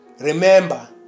Remember